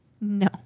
No